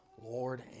Lord